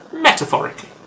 Metaphorically